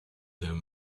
him